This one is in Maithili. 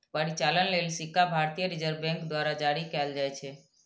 परिचालन लेल सिक्का भारतीय रिजर्व बैंक द्वारा जारी कैल जाइ छै